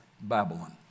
Babylon